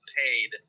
paid